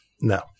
No